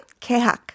Kehak